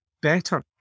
better